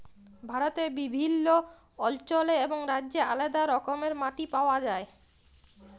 ভারতে বিভিল্ল্য অল্চলে এবং রাজ্যে আলেদা রকমের মাটি পাউয়া যায়